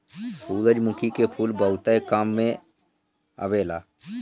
सूरजमुखी के फूल बहुते काम में आवेला